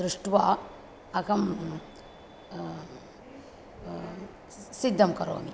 दृष्ट्वा अहं सिद्धं करोमि